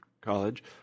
college